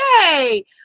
yay